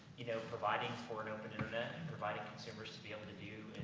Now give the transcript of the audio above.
you know, providing for an open internet, and providing consumers to be able to do,